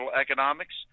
economics